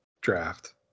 draft